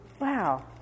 Wow